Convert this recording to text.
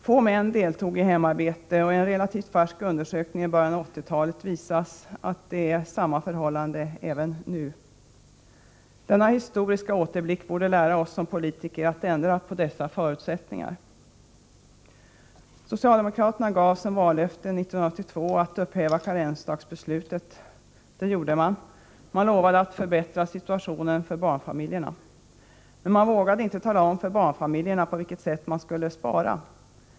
Få män deltog i hemarbetet — i en relativt färsk undersökning från början av 1980-talet visas att förhållandet är detsamma även nu. Denna historiska återblick borde lära oss politiker att det är nödvändigt att ändra på dessa förutsättningar. Socialdemokraterna gav som vallöfte 1982 att upphäva karensdagsbeslutet. Det gjorde de. De lovade också att förbättra situationen för barnfamiljerna. Men de vågade inte tala om för barnfamiljerna på vilket sätt de skulle spara.